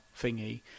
thingy